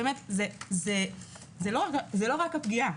זה לא רק הפגיעה.